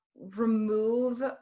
remove